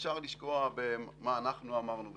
אפשר לשקוע במה אנחנו אמרנו וכולי.